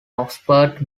oxford